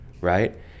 right